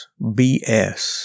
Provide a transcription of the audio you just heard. BS